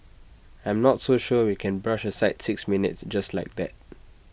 I'm not so sure we can brush aside six minutes just like that